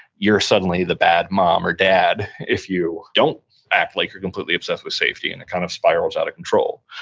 you're suddenly the bad mom or dad if you don't act like you're completely obsessed with safety and it kind of spirals out of control.